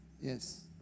Yes